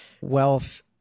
wealth